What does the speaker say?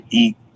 eat